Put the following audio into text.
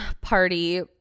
party